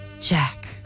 Jack